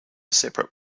separate